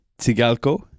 Tigalco